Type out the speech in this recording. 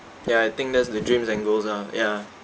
ya I think that's the dreams and goals ah ya